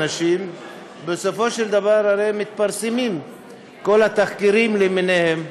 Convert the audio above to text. בסופו של דבר הרי מתפרסמים כל התחקירים למיניהם,